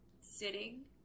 sitting